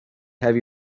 have